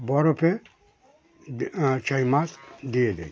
বরফে সেই মাছ দিয়ে দিই